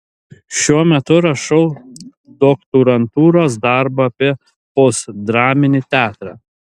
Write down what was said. šiuo metu rašau doktorantūros darbą apie postdraminį teatrą